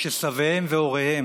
שסביהם והוריהם